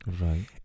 right